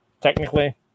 technically